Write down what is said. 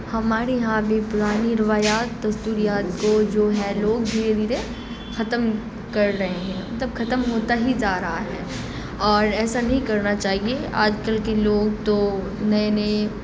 ہمارے یہاں بھی پرانی روایات دستوریات کو جو ہے لوگ دھیرے دھیرے ختم کر رہے ہیں مطلب ختم ہوتا ہی جا رہا ہے اور ایسا نہیں کرنا چاہیے آج کل کے لوگ تو نئے نئے